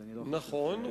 אז אני, נכון.